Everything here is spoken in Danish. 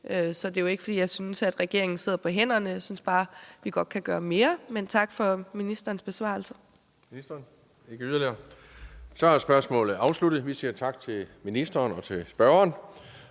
Så det er jo ikke, fordi jeg synes, regeringen sidder på hænderne. Jeg synes bare, vi godt kan gøre mere. Men tak for ministerens besvarelse.